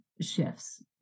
shifts